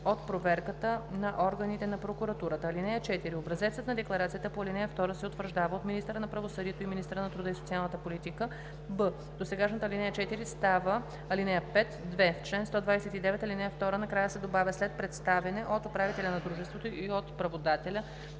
от проверката на органите на прокуратурата. (4)Образецът на декларацията по ал. 2 се утвърждава от министъра на правосъдието и министъра на труда и социалната политика."; б) досегашната ал. 4 става ал. 5. 2. В чл. 129, ал. 2 накрая се добавя „след представяне от управителя на дружеството и от праводателя